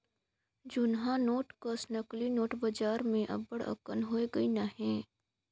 जुनहा नोट कस नकली नोट बजार में अब्बड़ अकन होए गइन अहें